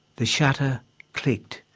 the shutter clicked,